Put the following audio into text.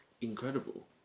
incredible